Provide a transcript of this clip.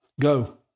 Go